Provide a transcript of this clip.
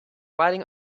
riding